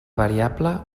variable